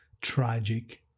tragic